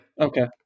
okay